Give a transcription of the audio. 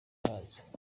abanza